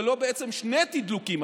ללא שני תדלוקים,